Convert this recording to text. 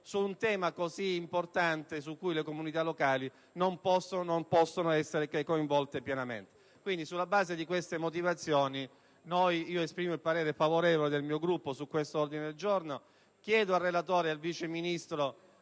su un tema così importante, su cui le comunità locali non possono che essere coinvolte pienamente. Sulla base di queste motivazioni dichiaro il voto favorevole del mio Gruppo su questo ordine del giorno e chiedo al relatore ed al Vice ministro